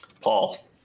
paul